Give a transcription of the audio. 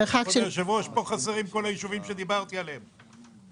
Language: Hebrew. פה חסרים כל היישובים שדיברתי עליהם.